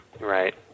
Right